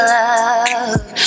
love